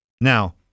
Now